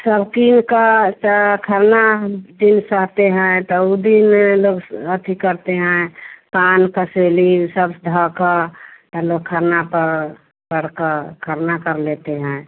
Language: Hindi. सब किनकर ता खरना हम फिन सहते हैं तो ऊ दिन लोग अथि करते हैं पान का सेली सब ढाका लोग खरना पर कर कर खरना कर लेते हैं